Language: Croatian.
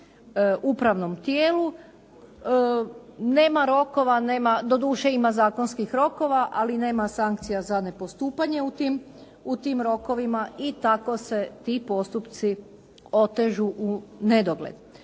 upravnom tijelu. Nema rokova, doduše ima zakonskih rokova ali nema sankcija za nepostupanje u tim rokovima i tako se ti postupci otežu u nedogled.